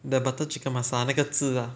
the butter chicken masala 那个字啊